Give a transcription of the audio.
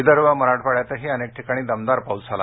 विदर्भ आणि मराठवाड्यातही अनेक ठिकाणी दमदार पाऊस झाला